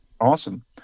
awesome